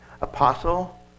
apostle